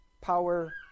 power